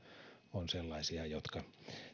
on sellaisia jotka